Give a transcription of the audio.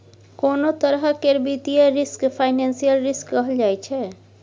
कोनों तरह केर वित्तीय रिस्क फाइनेंशियल रिस्क कहल जाइ छै